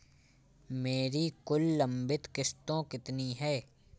मेरी कुल लंबित किश्तों कितनी हैं?